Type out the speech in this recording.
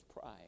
pride